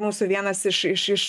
mūsų vienas iš iš iš